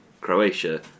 Croatia